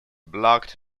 blocked